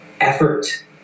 effort